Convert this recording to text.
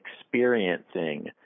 experiencing